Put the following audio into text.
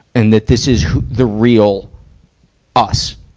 and that this is who, the real us.